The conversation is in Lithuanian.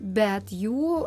bet jų